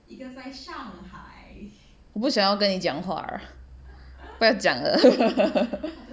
我不想要跟你讲话不要讲了